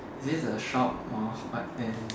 is this a shop or what then